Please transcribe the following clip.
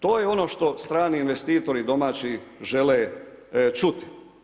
To je ono što strani investitori i domaći žele čuti.